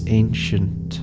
ancient